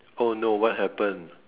oh no what happened